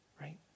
Right